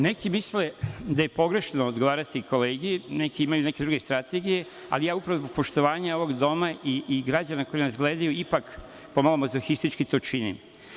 Neki misle da je pogrešno odgovarati kolegi, neki imaju neke druge strategije, ali ja upravo zbog poštovanja ovog doma i građana koji nas gledaju ipak pomalo mazohistički to činim.